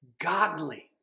godly